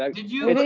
um did you